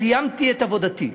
סיימתי את עבודתי,